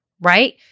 right